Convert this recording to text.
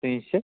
तीनशे